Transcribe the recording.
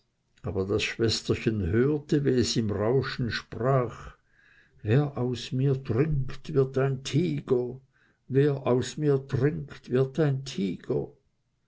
aber das schwesterchen hörte wie es im rauschen sprach wer aus mir trinkt wird ein tiger wer aus mir trinkt wird ein tiger